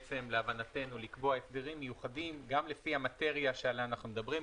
להבנתנו צריך לקבוע הסדרים מיוחדים גם לפי המטריה עליה אנחנו מדברים.